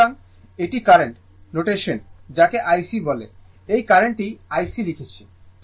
সুতরাং এটি current notation যাকে IC বলে এই কার্রেন্টটি IC লিখেছি